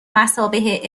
مثابه